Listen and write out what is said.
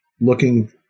looking